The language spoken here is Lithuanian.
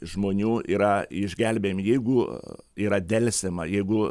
žmonių yra išgelbėjami jeigu yra delsiama jeigu